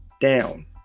down